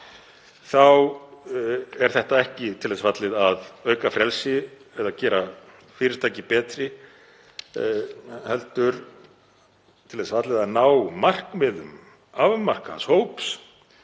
þá er þetta mál ekki til þess fallið að auka frelsi eða gera fyrirtæki betri heldur til þess fallið að ná markmiðum afmarkaðs hóps